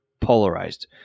polarized